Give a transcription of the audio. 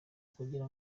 kugira